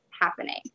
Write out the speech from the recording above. happening